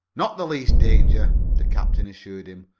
not the least danger, the captain assured him.